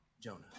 Jonah